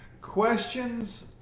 questions